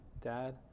Dad